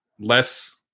less